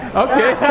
ok